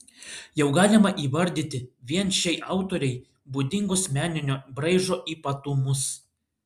jau galima įvardyti vien šiai autorei būdingus meninio braižo ypatumus